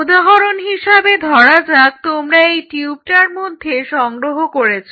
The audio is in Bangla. উদাহরণ হিসেবে ধরা যাক তোমরা এই টিউবটার মধ্যে সংগ্রহ করেছ